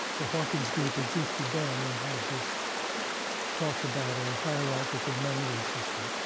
the hawkins group existed then and had this talk about a hierarchical memory system.